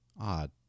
Odd